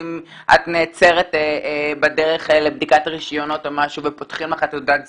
שברגע שאת נעצרת בדרך לבדיקת רישיון או משהו ופותחים לך תעודת זהות,